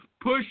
push